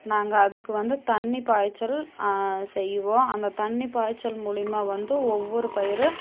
நாங்கள் அதுக்கு வந்து தண்ணி பாய்ச்சல் செய்வோம் அந்த தண்ணி பாய்ச்சல் மூலியமாக வந்து ஒவ்வொரு பயிரும்